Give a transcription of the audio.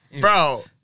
Bro